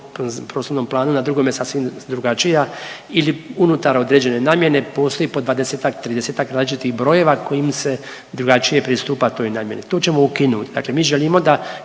po prostornom planu na drugome sasvim drugačija ili unutar određene namjene postoji po 20-tak, 30-tak različitih brojeva kojim se drugačije pristupa toj namjeni, to ćemo ukinut, dakle mi želimo da